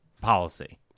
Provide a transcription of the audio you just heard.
policy